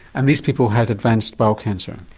and these people had advanced bowel cancer?